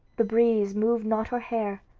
the breeze moved not her hair,